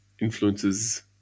influences